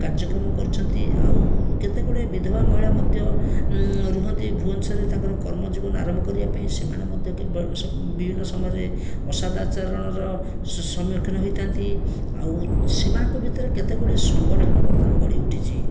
କାର୍ଯ୍ୟକ୍ରମ କରିଛନ୍ତି ଆଉ କେତେ ଗୁଡ଼ିଏ ବିଧବା ମହିଳା ମଧ୍ୟ ରୁହନ୍ତି ଭୁବନେଶ୍ୱରରେ ତାଙ୍କର କର୍ମ ଜୀବନ ଆରମ୍ଭ କରିବାପାଇଁ ସେମାନେ ମଧ୍ୟ କେବେ ବିଭିନ୍ନ ସମୟରେ ଅସଦାଚରଣର ସମ୍ମୁଖୀନ ହୋଇଥାଆନ୍ତି ଆଉ ସେମାନଙ୍କ ଭିତରେ କେତେଗୁଡ଼ିଏ ସଙ୍ଗଠନ ବର୍ତ୍ତମାନ ଗଢ଼ିଉଠିଛି